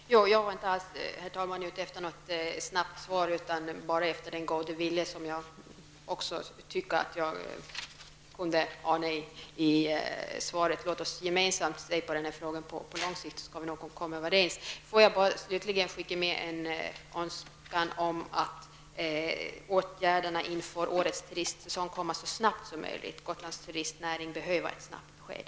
Herr talman! Jag var inte alls ute efter något snabbt svar. Jag tyckte mig ana en god vilja i svaret. Om vi gemensamt studerar frågan skall vi nog komma överens på lång sikt. Låt mig slutligen bara skicka med en önskan om att åtgärderna inför årets turistsituation kommer så snabbt som möjligt. Gotlands turistnäring behöver ett snabbt besked.